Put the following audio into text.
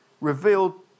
revealed